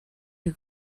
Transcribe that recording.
you